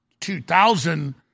2000